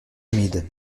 humide